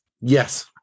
yes